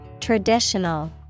Traditional